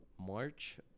March